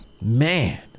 man